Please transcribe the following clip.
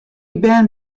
bern